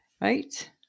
Right